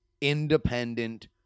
independent